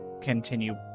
continue